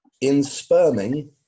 In-sperming